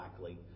likely